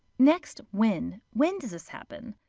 next, when. when does this happen?